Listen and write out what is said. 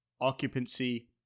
occupancy